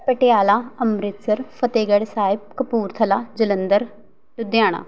Patiala Amritsar Fatehgarh Sahib Kapurthala Jalandhar Ludhiana